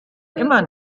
immer